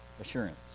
assurance